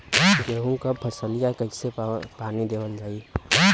गेहूँक फसलिया कईसे पानी देवल जाई?